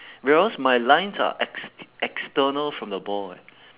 whereas my lines are ex~ external from the ball eh